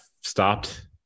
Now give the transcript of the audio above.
stopped